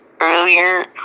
earlier